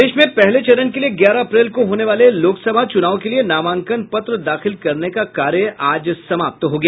प्रदेश में पहले चरण के लिये ग्यारह अप्रैल को होने वाले लोकसभा चुनाव के लिये नामांकन पत्र दाखिल करने का कार्य आज समाप्त हो गया